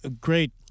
great